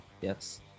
Yes